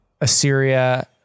Assyria